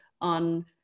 on